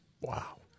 Wow